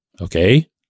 Okay